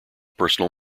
personal